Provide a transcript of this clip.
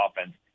offense